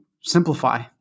simplify